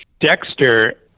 Dexter